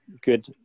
good